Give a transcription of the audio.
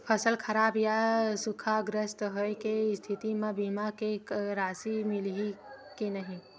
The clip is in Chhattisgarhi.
फसल खराब या सूखाग्रस्त होय के स्थिति म बीमा के राशि मिलही के नही?